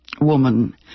woman